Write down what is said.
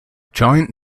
giant